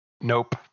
Nope